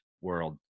world